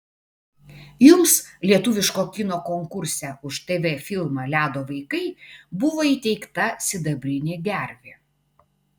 jums lietuviško kino konkurse už tv filmą ledo vaikai buvo įteikta sidabrinė gervė